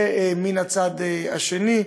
ומן הצד השני,